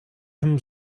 him